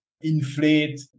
inflate